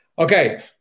Okay